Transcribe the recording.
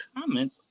comment